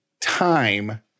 time